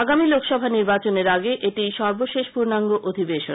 আগামী লোকসভা নির্বাচনের আগে এটিই সর্বশেষ পূর্ণাঙ্গ অধিবেশন